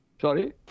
Sorry